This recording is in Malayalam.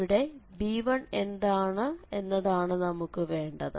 ഇവിടെ b1 എന്താണ് എന്നതാണ് നമുക്ക് വേണ്ടത്